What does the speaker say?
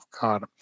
God